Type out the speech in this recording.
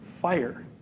fire